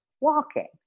walking